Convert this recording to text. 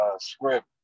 script